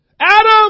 Adam